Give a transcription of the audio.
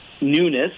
newness